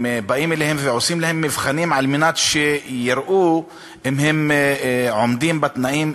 באים אליהם ועושים להם מבחנים כדי לראות אם הם עומדים בתנאים,